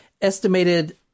estimated